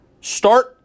start